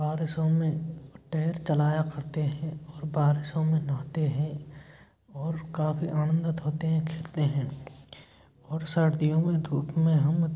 बारिशों में टैर चलाया करते हैं और बारिशों में नहाते हैं और काफ़ी आनंदित होते हैं खेलते हैं और सर्दियों में धूप में हम